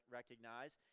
recognize